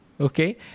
okay